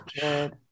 good